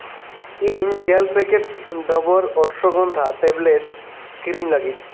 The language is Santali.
ᱤᱧ ᱜᱮᱞ ᱯᱮᱠᱮᱴᱥ ᱰᱟᱵᱚᱨ ᱚᱨᱥᱚᱜᱚᱱᱫᱷᱟ ᱴᱮᱵᱽᱞᱮᱴᱥ ᱠᱤᱨᱤᱧ ᱞᱟᱹᱜᱤᱫ